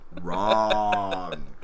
wrong